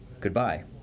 Goodbye